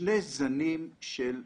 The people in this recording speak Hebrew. שני זנים של דולפינים,